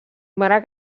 mare